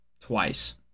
twice